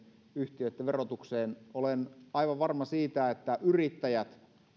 yhtiöitten verotukseen olen aivan varma siitä että yrittäjät